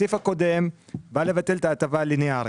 הסעיף הקודם בא לבטל את ההטבה הלינארית.